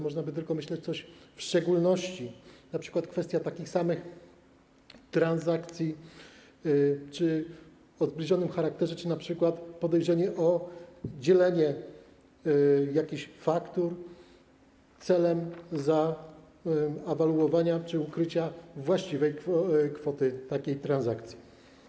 Można by tylko myśleć o czymś w szczególności - np. kwestia transakcji takich samych czy o zbliżonym charakterze czy np. podejrzenia o dzielenie jakichś faktur celem zawoalowania czy ukrycia właściwej kwoty takiej transakcji.